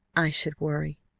i should worry!